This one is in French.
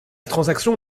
transaction